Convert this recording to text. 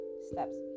steps